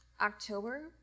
October